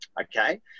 okay